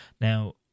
Now